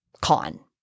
con